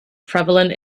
prevalent